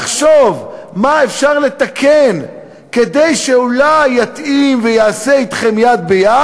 לחשוב מה אפשר לתקן כדי שאולי יתאים וייעשה אתכם יד ביד,